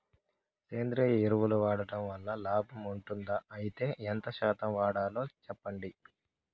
సేంద్రియ ఎరువులు వాడడం వల్ల లాభం ఉంటుందా? అయితే ఎంత శాతం వాడాలో చెప్పండి?